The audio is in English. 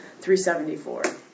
374